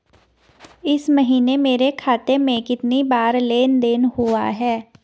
इस महीने मेरे खाते में कितनी बार लेन लेन देन हुआ है?